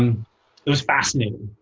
it was fascinating.